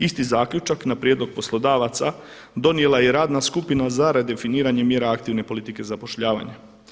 Isti zaključak na prijedlog poslodavaca donijela je i radna supina za redefiniranje mjera aktivne politike zapošljavanja.